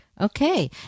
Okay